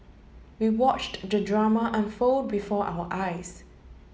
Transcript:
we watched the drama unfold before our eyes